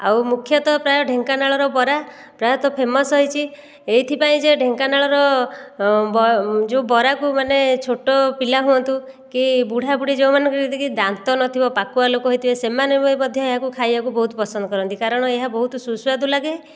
ଆଉ ମୁଖ୍ୟତଃ ପ୍ରାୟ ଢେଙ୍କାନାଳର ବରା ପ୍ରାୟତଃ ଫେମସ୍ ହୋଇଛି ଏଇଥି ପାଇଁ ଯେ ଢେଙ୍କାନାଳର ଯେଉଁ ବରାକୁ ମାନେ ଛୋଟ ପିଲା ହୁଅନ୍ତୁ କି ବୁଢ଼ା ବୁଢ଼ୀ ଯେଉଁମାନଙ୍କର ଯେମିତିକି ଦାନ୍ତ ନଥିବ ପାକୁଆ ଲୋକ ହୋଇଥିବେ ସେମାନେ ବି ମଧ୍ୟ ଏହାକୁ ଖାଇବାକୁ ବହୁତ ପସନ୍ଦ କରନ୍ତି କାରଣ ଏହା ବହୁତ ସୁସ୍ୱାଦୁ ଲାଗେ